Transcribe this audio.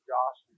Josh